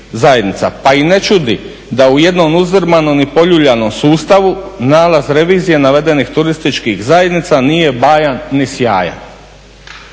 Pa i ne čudi da u jednom uzdrmanom i poljuljanom sustavu nalaz revizije navedenih turističkih zajednica nije bajan ni sjajan